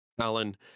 Alan